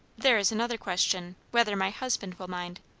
there is another question, whether my husband will mind.